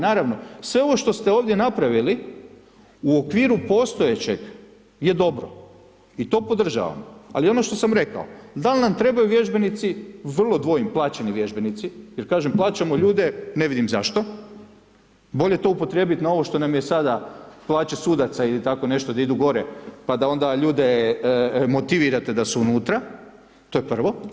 Naravno, sve ovo što ste ovdje napravili u okviru postojećeg je dobro i to podržavam, ali ono što sam rekao, dal nam trebaju vježbenici, vrlo dvojim, plaćeni vježbenici, jer kažem, plaćamo ljude, ne vidim zašto, bolje to upotrijebiti na ovo što nam je sada, plaće sudaca ili tako nešto, da idu gore, pa da onda ljude motivirate da su unutra, to je prvo.